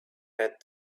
met